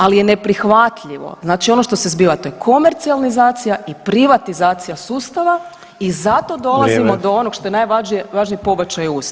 Ali je neprihvatljivo, znači ono što se zbiva to je komercijalizacija i privatizacija sustava i zato dolazimo do [[Upadica Sanader: Vrijeme.]] onog što je najvažnije, pobačaj u ustav.